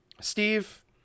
Steve